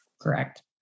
Correct